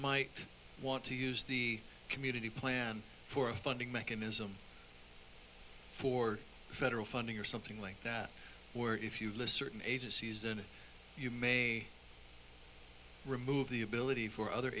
might want to use the community plan for a funding mechanism for federal funding or something like that where if you listen agencies then you may remove the ability for other